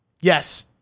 Yes